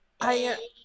I-